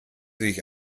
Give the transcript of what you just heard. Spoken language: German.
sich